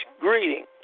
greeting